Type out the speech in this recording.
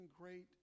great